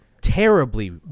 terribly